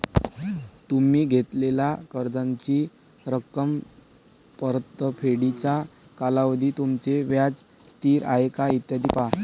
तुम्ही घेतलेल्या कर्जाची रक्कम, परतफेडीचा कालावधी, तुमचे व्याज स्थिर आहे का, इत्यादी पहा